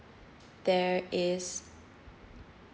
there is